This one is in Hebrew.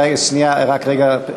רגע,